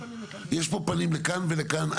יש פה פנים לכאן ולכאן.